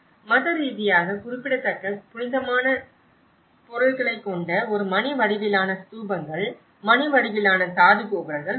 மத ரீதியாக குறிப்பிடத்தக்க புனிதமான பொருள்களைக் கொண்ட ஒரு மணி வடிவிலான ஸ்தூபங்கள் மணி வடிவிலான தாது கோபுரங்கள் உள்ளன